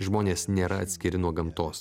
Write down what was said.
žmonės nėra atskiri nuo gamtos